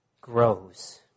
grows